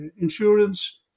insurance